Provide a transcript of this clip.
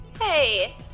Hey